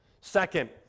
Second